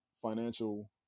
financial